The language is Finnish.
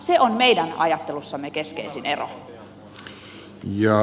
se on meidän ajattelussamme keskeisin ero